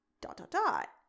dot-dot-dot